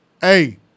Hey